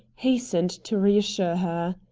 hastened to reassure her.